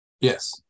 Yes